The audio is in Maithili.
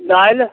दालि